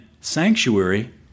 sanctuary